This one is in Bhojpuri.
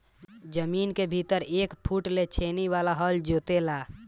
जमीन के भीतर एक फुट ले छेनी वाला हल जोते ला